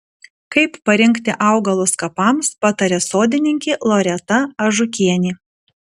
kaip parinkti augalus kapams pataria sodininkė loreta ažukienė